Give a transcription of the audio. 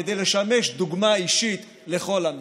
כדי לשמש דוגמה אישית לכל עם ישראל.